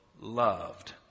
Loved